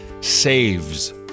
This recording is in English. saves